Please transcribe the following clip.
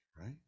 right